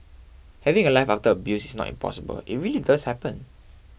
having a life after abuse is not impossible it really does happen